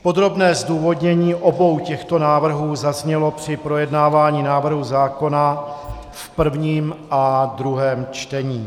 Podrobné zdůvodnění obou těchto návrhů zaznělo při projednávání návrhu zákona v prvním a druhém čtení.